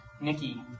Nikki